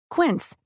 Quince